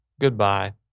Goodbye